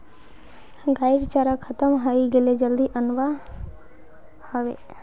गाइर चारा खत्म हइ गेले जल्दी अनवा ह बे